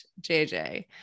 JJ